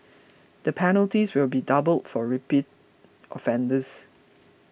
the penalties will be doubled for repeat offenders